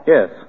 Yes